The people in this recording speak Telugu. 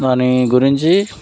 దాని గురించి